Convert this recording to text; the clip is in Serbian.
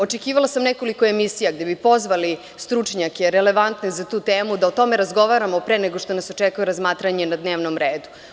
Očekivala sam nekoliko emisija gde bi pozvali stručnjake relevantne za tu temu, da o tome razgovaramo pre nego što nas očekuje razmatranje na dnevnom redu.